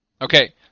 Okay